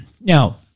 Now